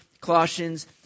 Colossians